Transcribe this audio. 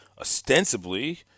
ostensibly